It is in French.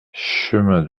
chemin